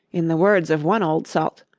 in the words of one old salt,